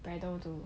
braddell to